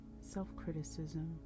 self-criticism